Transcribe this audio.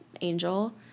Angel